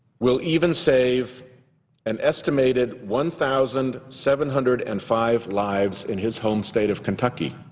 will even save an estimated one thousand seven hundred and five lives in his home state of kentucky.